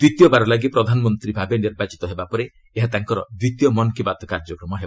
ଦ୍ୱିତୀୟ ବାର ଲାଗି ପ୍ରଧାନମନ୍ତ୍ରୀ ନିର୍ବାଚିତ ହେବ ପରେ ଏହା ତାଙ୍କର ଦ୍ୱିତୀୟ ମନ୍ କୀ ବାତ୍ କାର୍ଯ୍ୟକ୍ରମ ହେବ